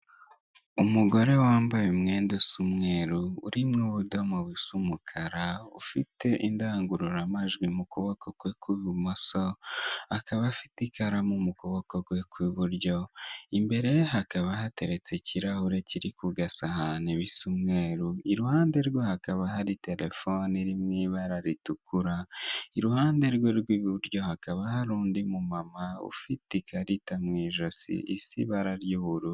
Umugore wambaye umwenda usa umweru, urimo ubudomo busa umukara, ufite indangururamajwi mu kuboko kwe ku bumoso, akaba afite ikaramu mu kuboko kwe ku buryo, imbere ye hakaba hateretse ikirahure kiri ku gasahani bisa umweru, iruhande rwe hakaba hari telefoni iri mu ibara ritukura, iruhande rwe rw'iburyo hakaba hari undi mumama ufite ikarita mu ijosi isa ibara ry'ubururu.